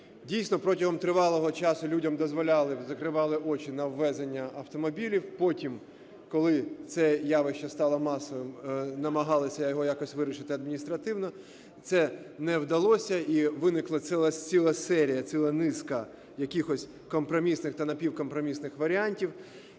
Дійсно, протягом тривалого часу людям дозволяли, закривали очі на ввезення автомобілів. Потім, коли це явище стало масовим, намагалися його якось вирішити адміністративно. Це не вдалося і виникла ціла серія, ціла низка якихось компромісних та напівкомпромісних варіантів,